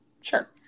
sure